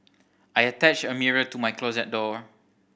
I attached a mirror to my closet door